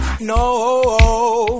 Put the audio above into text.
no